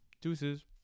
Deuces